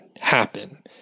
happen